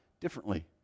differently